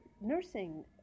nursing